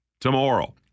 tomorrow